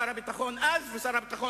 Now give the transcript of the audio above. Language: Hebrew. שר הביטחון אז ושר הביטחון